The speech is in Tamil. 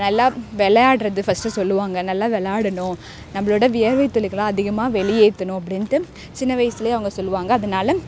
நல்லா விளையாட்றது ஃபஸ்ட் சொல்லுவாங்க நல்லா விளாடணும் நம்மளோட வியர்வை துளிகளை அதிகமாக வெளியேற்றணும் அப்படின்ட்டு சின்ன வயதிலே அவங்க சொல்லுவாங்க அதனால்